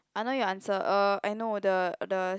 I know your answer uh I know the the